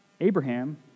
Abraham